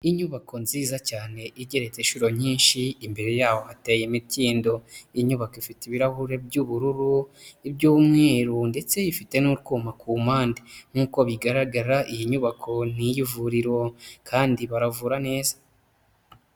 Inyubako nziza cyane, igeretse inshuro nyinshi, imbere yaho hateye imikindo, inyubako ifite ibirahure by'ubururu, iby'umweru ndetse ifite n'utwuma ku mpande nk'uko bigaragara iyi nyubako ni iy'ivuriro kandi baravura neza.